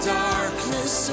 darkness